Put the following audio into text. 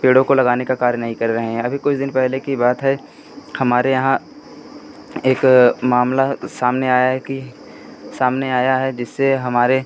पेड़ों को लगाने का कार्य नहीं कर रहे हैं अभी कुछ दिन पहले की बात है हमारे यहाँ एक मामला सामने आया है कि सामने आया है जिससे हमारे